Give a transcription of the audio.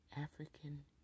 African